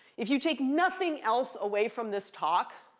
if you take nothing else away from this talk,